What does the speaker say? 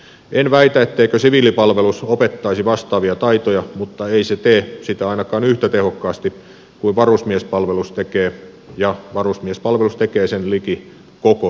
en väitä etteikö siviilipalvelus opettaisi vastaavia taitoja mutta ei se tee sitä ainakaan yhtä tehokkaasti kuin varusmiespalvelus tekee ja varusmiespalvelus tekee sen liki koko ikäluokalle